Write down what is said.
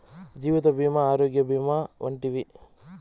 జీవిత భీమా ఆరోగ్య భీమా వంటివి